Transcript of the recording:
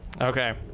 Okay